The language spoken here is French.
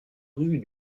rue